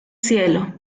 cielo